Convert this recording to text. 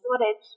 storage